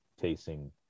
tasting